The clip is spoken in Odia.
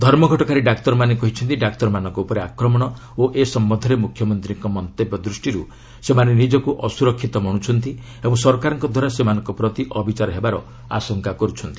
ଧର୍ମଘଟକାରୀ ଡାକ୍ତରମାନେ କହିଛନ୍ତି ଡାକ୍ତରମାନଙ୍କ ଉପରେ ଆକ୍ରମଣ ଓ ଏ ସମ୍ଭନ୍ଧରେ ମୁଖ୍ୟମନ୍ତ୍ରୀଙ୍କ ମନ୍ତବ୍ୟ ଦୃଷ୍ଟିରୁ ସେମାନେ ନିଜକୁ ଅସୁରକ୍ଷିତ ମଣୁଛନ୍ତି ଓ ସରକାରଙ୍କ ଦ୍ୱାରା ସେମାନଙ୍କ ପ୍ରତି ଅବିଚାର ହେବାର ଆଶଙ୍କା କରୁଛନ୍ତି